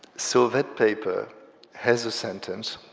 so that paper has a sentence